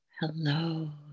Hello